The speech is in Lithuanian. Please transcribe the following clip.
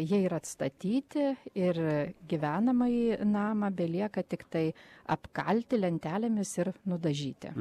jie yra atstatyti ir gyvenamąjį namą belieka tiktai apkalti lentelėmis ir nudažyti